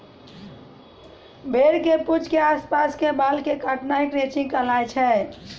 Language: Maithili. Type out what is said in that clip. भेड़ के पूंछ के आस पास के बाल कॅ काटना हीं क्रचिंग कहलाय छै